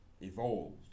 evolved